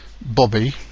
Bobby